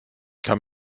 kann